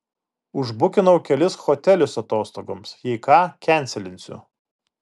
užbukinau kelis hotelius atostogoms jei ką kenselinsiu